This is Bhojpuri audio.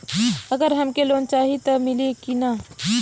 अगर हमके लोन चाही त मिली की ना?